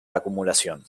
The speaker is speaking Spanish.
acumulación